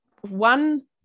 one